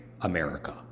America